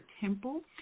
temple